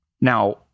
Now